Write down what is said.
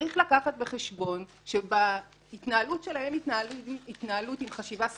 צריך להביא בחשבון שההתנהלות שלהם היא התנהלות עם חשיבה סטטיסטית,